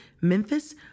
Memphis